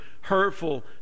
hurtful